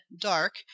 dark